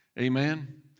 Amen